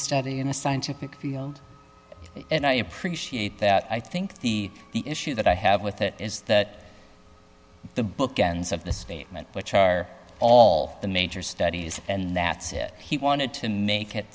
study in the scientific field and i appreciate that i think the the issue that i have with it is that the bookends of the statement which are all the major studies and that said he wanted to make it